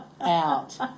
out